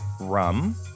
rum